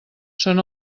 són